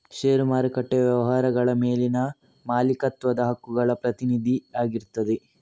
ಷೇರು ಮಾರುಕಟ್ಟೆಯು ವ್ಯವಹಾರಗಳ ಮೇಲಿನ ಮಾಲೀಕತ್ವದ ಹಕ್ಕುಗಳ ಪ್ರತಿನಿಧಿ ಆಗಿರ್ತದೆ